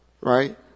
right